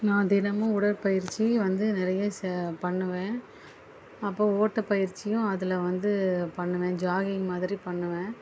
நான் தினமும் உடற்பயிற்சி வந்து நிறைய செ பண்ணுவேன் அப்போ ஓட்டப்பயிற்சியும் அதில் வந்து பண்ணுவேன் ஜாகிங் மாதிரி பண்ணுவேன்